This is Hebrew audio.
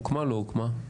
הוקמה, לא הוקמה?